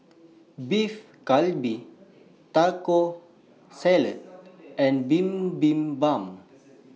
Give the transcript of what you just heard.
Beef Galbi Taco Salad and Bibimbap